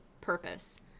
purpose